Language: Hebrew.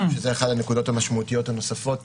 שזאת אחת הנקודות המשמעותיות הנוספות